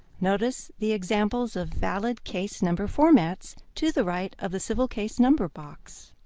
notice the examples of valid case number formats to the right of the civil case number box.